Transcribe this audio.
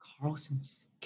Carlson's